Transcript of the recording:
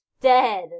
Dead